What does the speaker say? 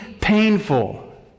painful